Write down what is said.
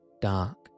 dark